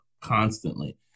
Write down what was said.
constantly